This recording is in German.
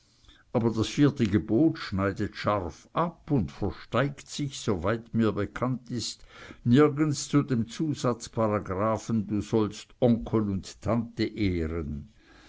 aber das vierte gebot schneidet scharf ab und versteigt sich soweit mir bekannt ist nirgends zu dem zusatzparagraphen du sollst onkel und tante ehren